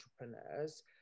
entrepreneurs